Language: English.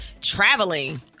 traveling